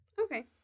Okay